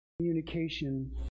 communication